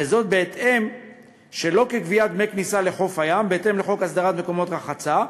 וזאת שלא כגביית דמי כניסה לחוף הים בהתאם לחוק הסדרת מקומות רחצה,